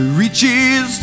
reaches